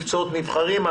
מקצועות נבחרים,